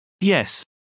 Yes